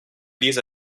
these